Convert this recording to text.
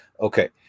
Okay